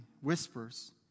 whispers